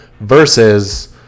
versus